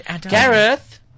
Gareth